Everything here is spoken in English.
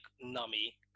Nami